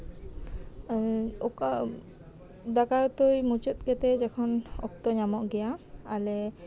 ᱚᱠᱟ ᱫᱟᱠᱟ ᱩᱛᱩ ᱢᱩᱪᱟᱹᱫ ᱠᱟᱛᱮᱜ ᱡᱚᱠᱷᱚᱱ ᱚᱠᱛᱚ ᱧᱟᱢᱚᱜ ᱜᱮᱭᱟ ᱟᱞᱮ